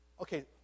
Okay